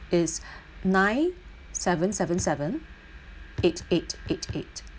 is nine seven seven seven eight eight eight eight